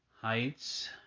Heights